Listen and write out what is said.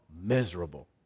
miserable